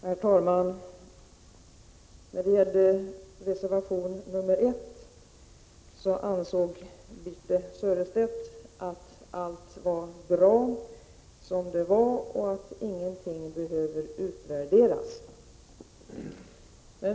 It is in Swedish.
Herr talman! När det gäller reservation 1 anser Birthe Sörestedt att allt är bra och att någon utvärdering inte behöver göras.